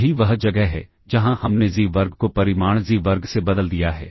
यही वह जगह है जहाँ हमने xi वर्ग को परिमाण xi वर्ग से बदल दिया है